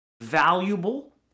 valuable